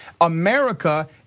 America